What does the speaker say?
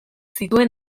zituen